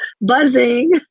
buzzing